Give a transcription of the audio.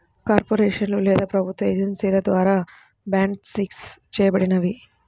కార్పొరేషన్లు లేదా ప్రభుత్వ ఏజెన్సీల ద్వారా బాండ్సిస్ చేయబడినవి